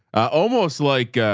almost like a,